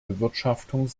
bewirtschaftung